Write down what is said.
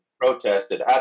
protested